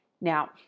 Now